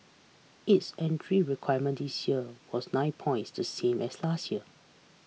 its entry requirement this year was nine points to same as last year